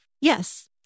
Yes